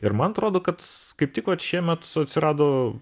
ir man atrodo kad kaip tik vat šiemet su atsirado